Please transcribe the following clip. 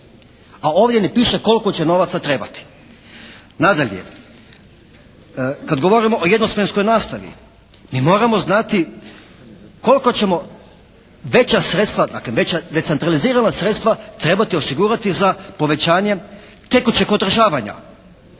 a ovdje ne piše koliko će novaca trebati. Nadalje, kad govorimo o jednosmjenskoj nastavi mi moramo znati koliko ćemo veća sredstva, dakle veća decentralizirana sredstva trebati osigurati za povećanje tekućeg održavanja.